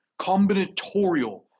combinatorial